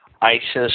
ISIS